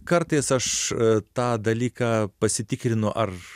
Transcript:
kartais aš tą dalyką pasitikrinu ar